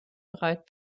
bereit